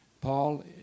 Paul